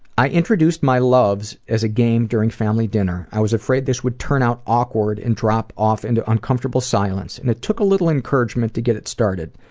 i introduced my loves as a game during family dinner. i was afraid this would turn out awkward and drop off into uncomfortable silence. and it took a little encouragement to get it started.